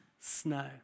snow